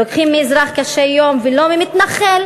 לוקחים מאזרח קשה-יום, ולא ממתנחל